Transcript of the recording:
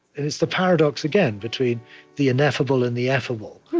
and it's the paradox, again, between the ineffable and the effable,